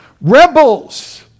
rebels